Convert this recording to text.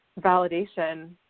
validation